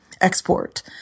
export